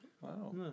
Wow